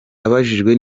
abajijwe